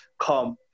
come